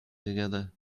together